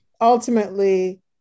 ultimately